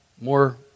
more